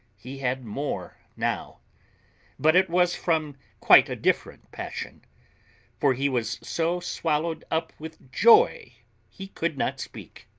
he had more now but it was from quite a different passion for he was so swallowed up with joy he could not speak.